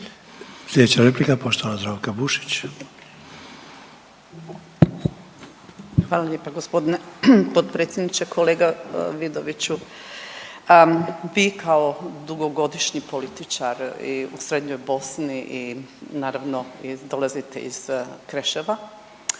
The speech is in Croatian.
Zdravka Bušić. **Bušić, Zdravka (HDZ)** Hvala lijepa gospodine potpredsjedniče. Kolega Vidoviću, vi kao dugogodišnji političar u srednjoj Bosni i naravno dolazite iz Kreševa,